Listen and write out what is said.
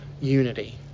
unity